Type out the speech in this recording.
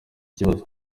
kibazo